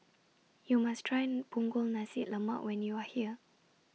YOU must Try Punggol Nasi Lemak when YOU Are here